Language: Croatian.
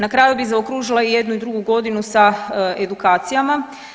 Na kraju bih zaokružila i jednu i drugu godinu sa edukacijama.